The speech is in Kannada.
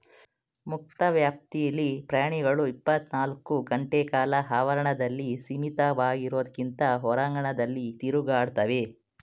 ಮುಕ್ತ ವ್ಯಾಪ್ತಿಲಿ ಪ್ರಾಣಿಗಳು ಇಪ್ಪತ್ನಾಲ್ಕು ಗಂಟೆಕಾಲ ಆವರಣದಲ್ಲಿ ಸೀಮಿತವಾಗಿರೋದ್ಕಿಂತ ಹೊರಾಂಗಣದಲ್ಲಿ ತಿರುಗಾಡ್ತವೆ